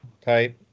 type